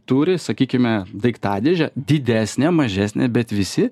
turi sakykime daiktadėžę didesnę mažesnę bet visi